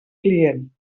client